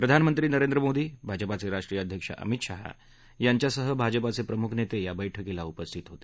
प्रधानमंत्री नरेंद्र मोदी भाजपाचे राष्ट्रीय अध्यक्ष अमित शहा यांच्यासह भाजपाचे प्रमुख नेते या बैठकीतला उपस्थित होते